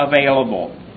available